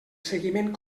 seguiment